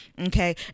okay